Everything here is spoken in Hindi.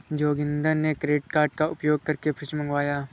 जोगिंदर ने क्रेडिट कार्ड का उपयोग करके फ्रिज मंगवाया